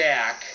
Jack